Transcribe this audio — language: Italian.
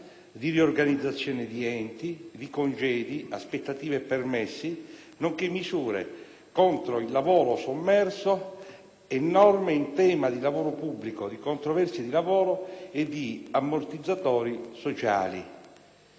di riorganizzazione di enti, di congedi, aspettative e permessi, nonché misure contro il lavoro sommerso e norme in tema di lavoro pubblico, di controversie di lavoro e di ammortizzatori sociali».